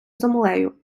землею